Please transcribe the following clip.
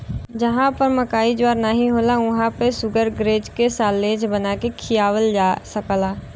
जहां पर मकई ज्वार नाहीं होला वहां पे शुगरग्रेज के साल्लेज बना के खियावल जा सकला